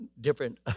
different